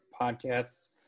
podcasts